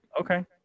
Okay